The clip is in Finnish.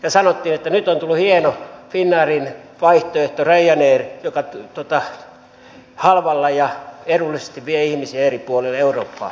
ja sanottiin että nyt on tullut hieno finnairin vaihtoehto ryanair joka halvalla ja edullisesti vie ihmisiä eri puolille eurooppaa